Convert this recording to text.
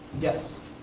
yes.